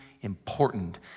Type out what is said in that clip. important